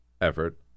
effort